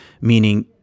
meaning